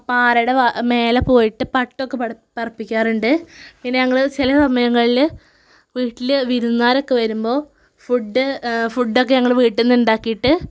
പാറയുടെ മേലെ പോയിട്ട് പട്ടൊക്കെ പറപ്പിക്കാറുണ്ട് പിന്നെ ഞങ്ങൾ ചില സമയങ്ങളിൽ വീട്ടിൽ വിരുന്നുകാരൊക്കെ വരുമ്പോൾ ഫുഡ് ഫുഡൊക്കെ ഞങ്ങൾ വീട്ടിൽ നിന്ന് ഉണ്ടാക്കിയിട്ട്